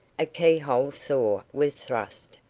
a key-hole saw was thrust,